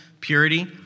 purity